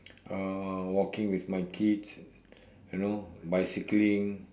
uh walking with my kids you know bicycling